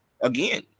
again